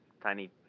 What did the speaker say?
tiny